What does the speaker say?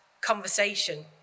conversation